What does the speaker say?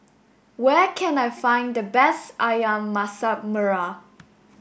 where can I find the best Ayam Masak Merah